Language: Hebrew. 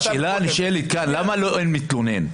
השאלה הנשאלת כאן היא למה אין מתלונן.